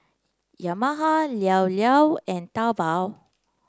Yamaha Llao Llao and Taobao